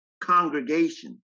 congregation